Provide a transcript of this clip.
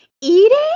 eating